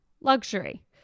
luxury